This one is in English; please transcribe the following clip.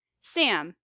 Sam